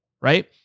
right